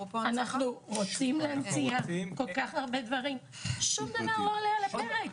אנחנו רוצים להנציח בהרבה דרכים אבל שום דבר לא עולה על הפרק.